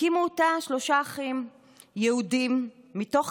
הקימו אותה שלושה אחים יהודים מתוך